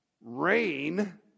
rain